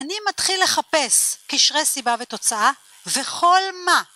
אני מתחיל לחפש קשרי סיבה ותוצאה וכל מה